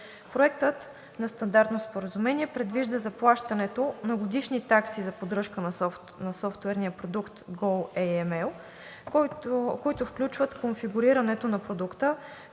Проектът на Стандартно споразумение предвижда заплащането на годишни такси за поддръжка на софтуерния продукт goAML, които включват конфигурирането на продукта